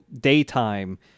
daytime